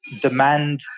demand